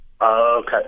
Okay